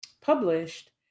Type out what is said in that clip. published